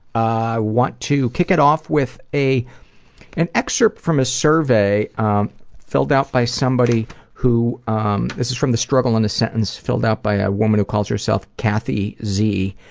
i want to kick it off with an excerpt from a survey filled out by somebody who um this is from the struggle in a sentence filled out by a woman who calls herself kathy z,